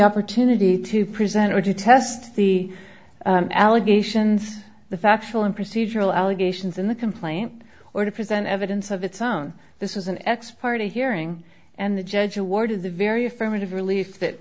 opportunity to present it to test the allegations the factual and procedural allegations in the complaint or to present evidence of its own this is an ex parte hearing and the judge awarded the very affirmative relief that